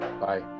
bye